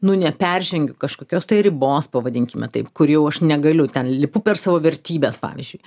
nu neperžengiu kažkokios tai ribos pavadinkime taip kur jau aš negaliu ten lipu per savo vertybes pavyzdžiui